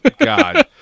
God